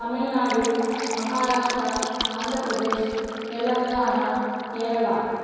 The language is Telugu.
తమిళనాడు మహారాష్ట్ర ఆంధ్రప్రదేశ్ తెలంగాణ కేరళ